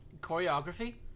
Choreography